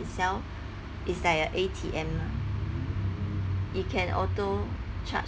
itself it's like a A_T_M mah it can auto charge